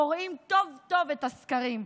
קוראים טוב-טוב את הסקרים,